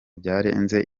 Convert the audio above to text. byarenze